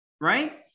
right